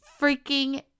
freaking